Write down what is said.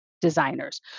designers